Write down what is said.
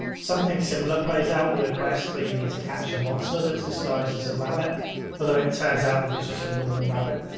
something similar plays out with a quest where you need to catch a monster that's disguised as a rabbit although it turns out that it's just a normal rabbit.